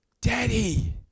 Daddy